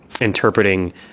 interpreting